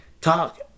talk